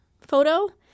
photo